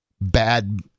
bad